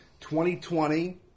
2020